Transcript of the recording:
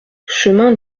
chemin